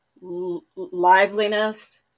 liveliness